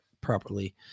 properly